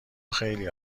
خیلی